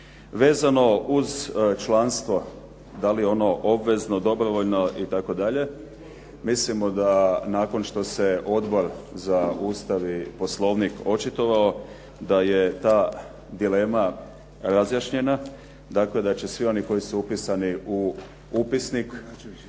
Vezano uz članstvo da li ono obvezno, dobrovoljno itd. mislim da nakon što se Odbor za Ustav i Poslovnik očitovao da je ta dilema razjašnjena dakle da će svi oni koji su upisani u upisnik